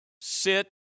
sit